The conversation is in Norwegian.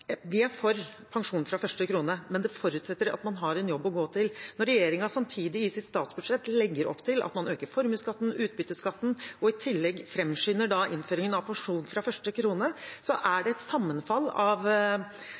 vi er for pensjon fra første krone, men det forutsetter at man har en jobb å gå til. Når regjeringen samtidig i sitt statsbudsjett legger opp til at man øker formuesskatten, utbytteskatten og i tillegg framskynder innføringen av pensjon fra første krone, er det et sammenfall av